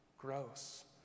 gross